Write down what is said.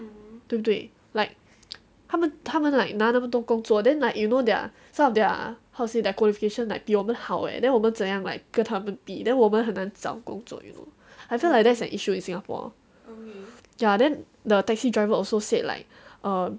对不对 like 他们他们 like 拿那么多工作 then like you know their some of their how to say their qualification like 比我们好 leh then 我们怎样 like 跟他们比 then 我们很难找工作 you know I feel like there's an issue in singapore ya then the taxi driver also said like err